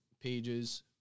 pages